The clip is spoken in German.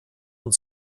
und